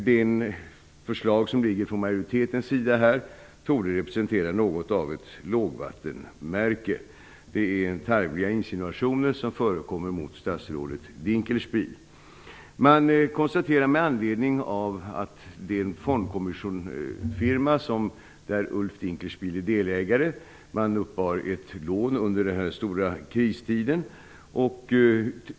Det förslag som majoriteten har lagt fram torde representera något av ett lågvattenmärke. Det förekommer tarvliga insinuationer mot dåvarande statsrådet Dinkelspiel. Man konstaterar med anledning av att den fondkommissonsfirma där Ulf Dinkelspiel är delägare uppbar ett lån under den stora kristiden.